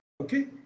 Okay